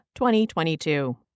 2022